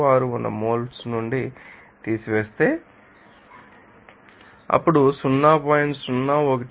036 ఉన్న మోల్స్ నుండి తీసివేస్తే అప్పుడు అతను 0